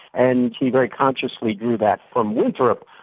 and he very consciously drew that from winthrop,